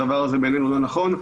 הדבר הזה בעינינו לא נכון.